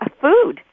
food